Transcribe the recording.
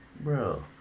bro